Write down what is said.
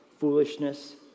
foolishness